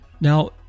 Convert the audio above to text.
Now